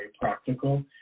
practical